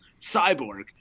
Cyborg